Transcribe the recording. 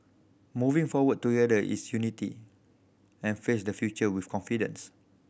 moving forward together is unity and face the future with confidence